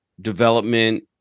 development